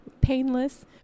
painless